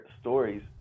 stories